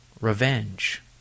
revenge